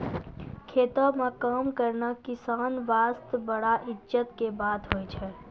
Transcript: खेतों म काम करना किसान वास्तॅ बड़ा इज्जत के बात होय छै